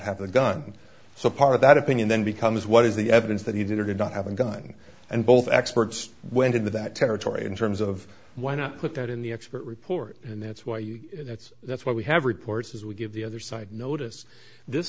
have a gun so part of that opinion then becomes what is the evidence that he did or did not have a gun and both experts went into that territory in terms of why not put that in the expert report and that's why you that's that's why we have reports is we give the other side notice this